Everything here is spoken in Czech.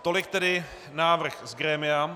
Tolik tedy návrh z grémia.